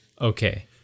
okay